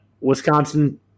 Wisconsin